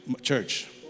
church